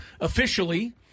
officially